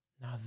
Now